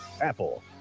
Apple